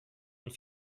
und